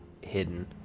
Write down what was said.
hidden